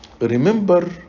remember